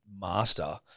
Master